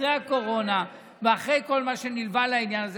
אחרי הקורונה ואחרי כל מה שנלווה לעניין הזה.